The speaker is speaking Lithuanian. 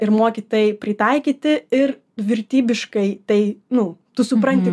ir moki tai pritaikyti ir vertybiškai tai nu tu supranti